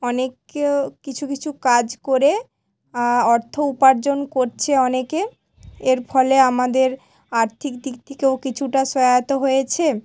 অনেকেও কিছু কিছু কাজ করে অর্থ উপার্জন করছে অনেকে এর ফলে আমাদের আর্থিক দিক থেকেও কিছুটা সহায়তা হয়েছে